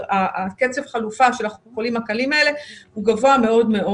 קצב החלופה של החולים הקלים האלה, הוא גבוה מאוד.